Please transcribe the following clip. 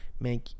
make